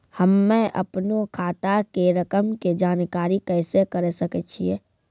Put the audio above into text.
हम्मे अपनो खाता के रकम के जानकारी कैसे करे सकय छियै?